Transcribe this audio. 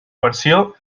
versió